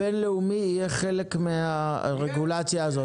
הבין-לאומי יהיה חלק מן הרגולציה הזאת.